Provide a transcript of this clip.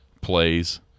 plays